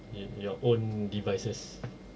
in your own devices